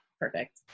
perfect